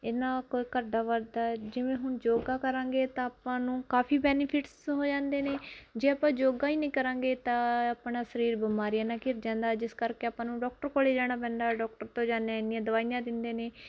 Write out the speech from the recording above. ਇਹਦਾ ਨਾਲ ਕੋਈ ਘਟਦਾ ਵਧਦਾ ਜਿਵੇਂ ਹੁਣ ਯੋਗਾ ਕਰਾਂਗੇ ਤਾਂ ਆਪਾਂ ਨੂੰ ਕਾਫੀ ਬੈਨੀਫਿਟਸ ਹੋ ਜਾਂਦੇ ਨੇ ਜੇ ਆਪਾਂ ਯੋਗਾ ਹੀ ਨਹੀਂ ਕਰਾਂਗੇ ਤਾਂ ਆਪਣਾ ਸਰੀਰ ਬਿਮਾਰੀਆਂ ਨਾਲ ਘਿਰ ਜਾਂਦਾ ਜਿਸ ਕਰਕੇ ਆਪਾਂ ਨੂੰ ਡਾਕਟਰ ਕੋਲ ਜਾਣਾ ਪੈਂਦਾ ਡਾਕਟਰ ਤੋਂ ਜਾਂਦੇ ਇੰਨੀਆਂ ਦਵਾਈਆਂ ਦਿੰਦੇ ਨੇ